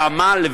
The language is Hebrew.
ועמל,